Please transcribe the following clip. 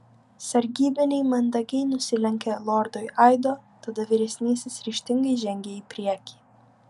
sargybiniai mandagiai nusilenkė lordui aido tada vyresnysis ryžtingai žengė į priekį